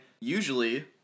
usually